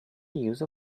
use